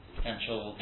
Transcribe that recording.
potential